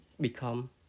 become